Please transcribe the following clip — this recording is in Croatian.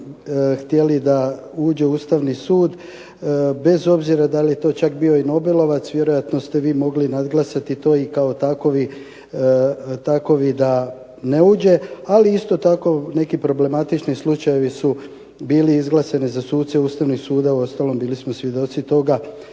htjeli da uđe u Ustavni sud, bez obzira da li je to čak bio i nobelovac, vjerojatno ste vi mogli nadglasati to i kao takvi da ne uđe, ali isto tako neki problematični slučajevi su bili izglasani za suce Ustavnog suda. Uostalom, bili smo svjedoci toga